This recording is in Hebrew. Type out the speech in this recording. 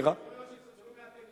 אבל התראיינת בסוף?